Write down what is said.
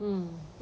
mm